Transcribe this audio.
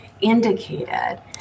indicated